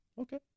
Okay